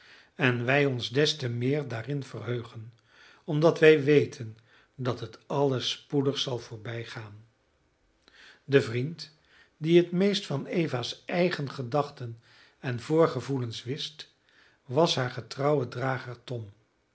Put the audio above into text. en wij ons des te meer daarin verheugen omdat wij weten dat het alles spoedig zal voorbijgaan de vriend die het meest van eva's eigen gedachten en voorgevoelens wist was haar getrouwe drager tom